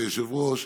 ברשות היושב-ראש,